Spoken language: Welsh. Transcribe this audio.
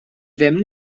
ddim